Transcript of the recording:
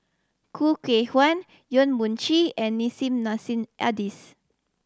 Khoo Kay Hian Yong Mun Chee and Nissim Nassim Adis